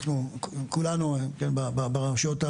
אנחנו כולנו ברשויות,